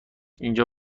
اینجا